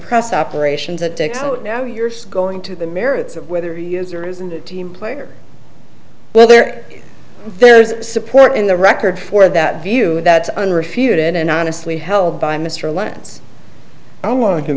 press operations that now you're going to the merits of whether he is or isn't a team player well there there is support in the record for that view that's on refuted and honestly held by mr lance i want to